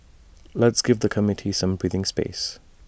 let's give the committee some breathing space